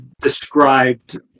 described